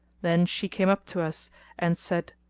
then she came up to us and said,